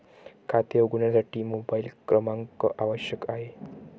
खाते उघडण्यासाठी मोबाइल क्रमांक आवश्यक आहे